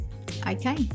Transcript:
Okay